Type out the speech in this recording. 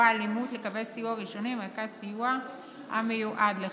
האלימות לקבל סיוע ראשוני במרכז סיוע המיועד לכך.